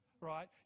right